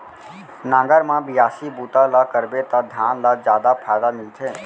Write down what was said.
नांगर म बियासी बूता ल करबे त धान ल जादा फायदा मिलथे